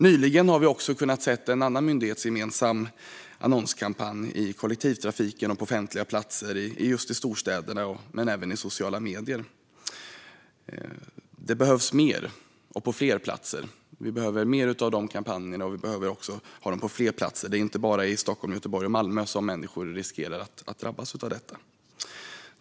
Nyligen har vi också kunnat se en annan myndighetsgemensam annonskampanj i kollektivtrafiken och på offentliga platser i just storstäderna men även i sociala medier. Det behövs mer. Vi behöver mer av kampanjerna och på fler platser. Det är inte bara i Stockholm, Göteborg och Malmö som människor riskerar att drabbas. Fru talman!